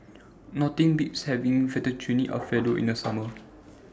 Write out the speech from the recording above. Nothing Beats having Fettuccine Alfredo in The Summer